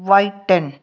whiten